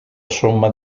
somma